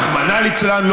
רחמנא ליצלן,